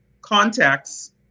contacts